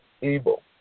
evil